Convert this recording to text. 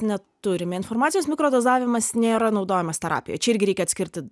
neturime informacijos mikrodozavimas nėra naudojamas terapijoj čia irgi reikia atskirti